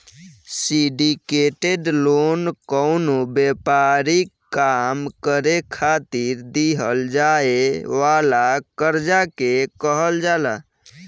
syndicated loan कवनो व्यापारिक काम करे खातिर दीहल जाए वाला कर्जा के कहल जाला